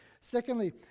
Secondly